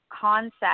concept